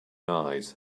eyes